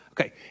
Okay